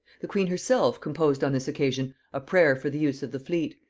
the queen herself composed on this occasion a prayer for the use of the fleet,